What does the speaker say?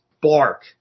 bark